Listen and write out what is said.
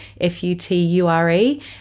F-U-T-U-R-E